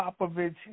Popovich